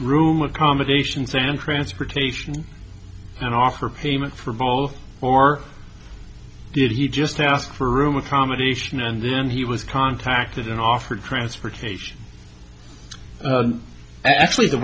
room accommodations than transportation and offer payment for both or did he just ask for a room accommodation and then he was contacted and offered transportation actually the